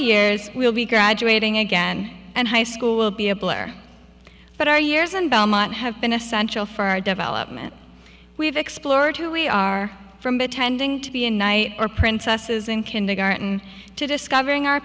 years we'll be graduating again and high school will be able or that our years in belmont have been essential for our development we have explored who we are tending to be a knight or princesses in kindergarten to discovering our